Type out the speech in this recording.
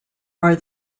are